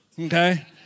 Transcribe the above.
okay